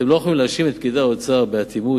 אתם לא יכולים להאשים את פקידי האוצר באטימות.